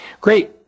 Great